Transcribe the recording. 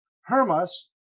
Hermas